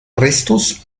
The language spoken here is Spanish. restos